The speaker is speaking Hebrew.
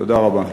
תודה רבה.